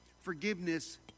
Forgiveness